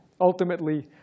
ultimately